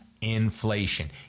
inflation